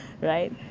Right